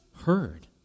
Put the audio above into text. heard